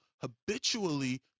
habitually